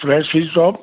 fresh sweets shop